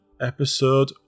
episode